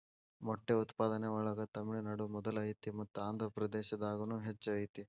ಮೊಟ್ಟೆ ಉತ್ಪಾದನೆ ಒಳಗ ತಮಿಳುನಾಡು ಮೊದಲ ಐತಿ ಮತ್ತ ಆಂದ್ರಪ್ರದೇಶದಾಗುನು ಹೆಚ್ಚ ಐತಿ